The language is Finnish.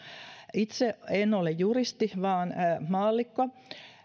itse en ole juristi vaan maallikko